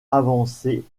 avancés